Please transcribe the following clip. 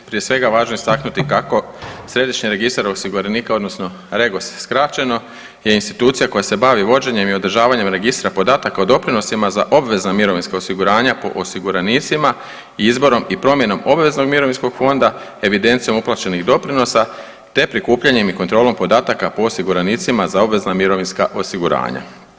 Prije svega važno je istaknuti kako Središnji registar osiguranika odnosno REGOS skraćeno je institucija koja se bavi vođenjem i održavanjem registra podataka o doprinosima za obvezna mirovinska osiguranja po osiguranicima i izborom i promjenom obveznog mirovinskog fonda evidencijom uplaćenih doprinosa, te prikupljanjem i kontrolom podataka po osiguranicima za obvezna mirovinska osiguranja.